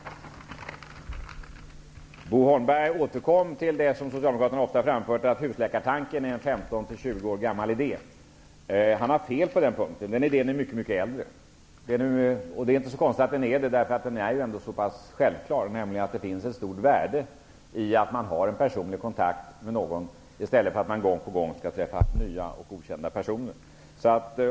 Bo Holmberg återkommer till det som Socialdemokraterna ofta framför, nämligen att husläkartanken är en 15--20 år gammal idé. Han har fel på den punkten. Idén är mycket äldre än så, och det är inte så konstigt. Idén är ju så självklar i och med att det finns ett stort värde i att ha en personlig kontakt i stället för att gång på gång behöva träffa nya och okända personer.